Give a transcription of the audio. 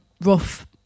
rough